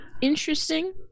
Interesting